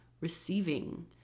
receiving